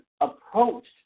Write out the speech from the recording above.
approached